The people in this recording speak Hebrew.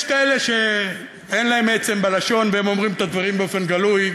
יש כאלה שאין להם עצם בלשון והם אומרים את הדברים באופן גלוי,